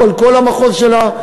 היא לכל המחוז שלה.